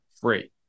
free